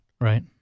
Right